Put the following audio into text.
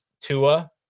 Tua